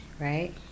right